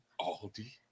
Aldi